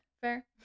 fair